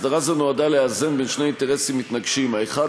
הסדרה זו נועדה לאזן שני אינטרסים מתנגשים: האחד,